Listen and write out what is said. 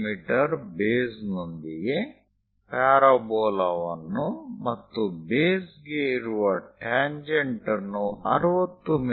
me ಬೇಸ್ನೊಂದಿಗೆ ಪ್ಯಾರಾಬೋಲಾವನ್ನು ಮತ್ತು ಬೇಸ್ ಗೆ ಇರುವ ಟ್ಯಾಂಜೆಂಟ್ ಅನ್ನು 60 ಮಿ